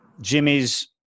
Jimmy's